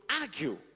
argue